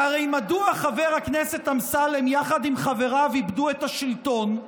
שהרי מדוע חבר הכנסת אמסלם יחד עם חבריו איבדו את השלטון?